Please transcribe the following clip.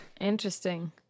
Interesting